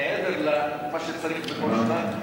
מעבר למה שצריך בכל שנה,